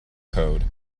code